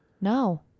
no